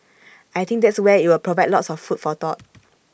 I think that's where IT will provide lots of food for thought